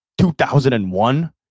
2001